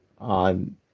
on